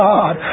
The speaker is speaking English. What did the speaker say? God